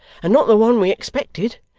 and not the one we expected.